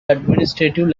administrative